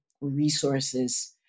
resources